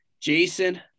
Jason